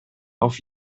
auf